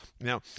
Now